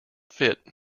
fit